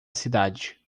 cidade